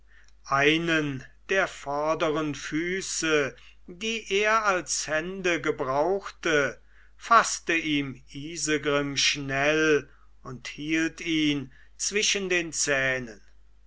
einen der vorderen füße die er als hände gebrauchte faßt ihm isegrim schnell und hielt ihn zwischen den zähnen